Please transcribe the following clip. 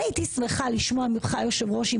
אני הייתי שמחה לשמוע ממך היושב ראש אם